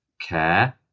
care